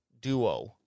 duo